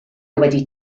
wedi